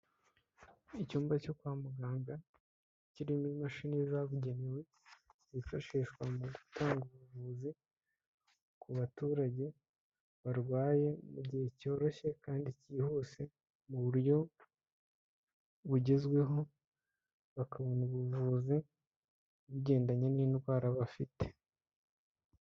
Icyumba cyo kwa muganga kirimo imashini zabugenewe, zifashishwa mu gutanga ubuvuzi ku baturage barwaye, mu gihe cyoroshye kandi cyihuse, mu buryo bugezweho bakabona ubuvuzi bugendanye n'indwara bafite.